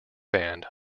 band